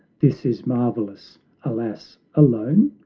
this is marvelous alas, alone?